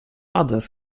others